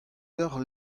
deocʼh